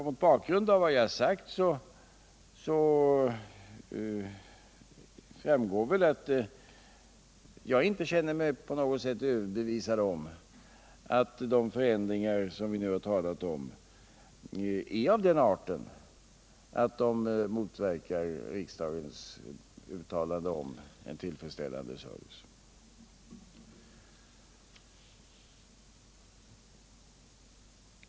Mot bakgrund av vad jag sagt framgår väl att jag inte känner mig på något sätt överbevisad om att de förändringar vi nu talat om är av den arten att de motverkar riksdagens uttalande om en tillfredsställande service.